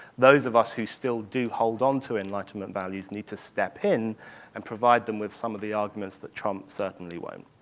those of us who still do hold onto enlightenment values need to step in and provide them with some of the arguments that trump certainly won't.